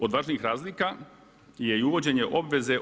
Od važnijih razlika je i uvođenje obveze